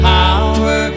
power